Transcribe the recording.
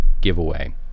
giveaway